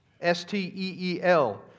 S-T-E-E-L